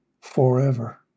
Forever